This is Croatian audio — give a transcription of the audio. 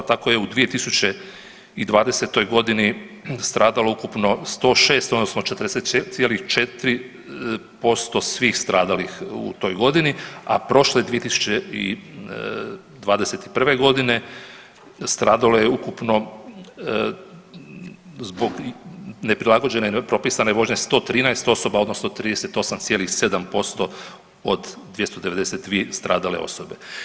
Tako je u 2020. g. stradalo ukupno 106 odnosno 40,4% svih stradalih u toj godini, a prošle 2021. g. stradalo je ukupno zbog neprilagođene nepropisane vožnje 113 osoba, odnosno 38,7% od 292 stradale osobe.